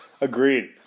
Agreed